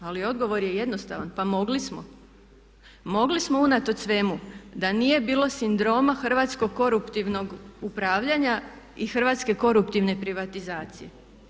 Ali odgovor je jednostavan mogli smo unatoč svemu da nije bilo sindroma hrvatskog koruptivnog upravljanja i hrvatske koruptivne privatizacije.